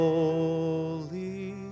Holy